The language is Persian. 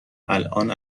الان